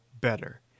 better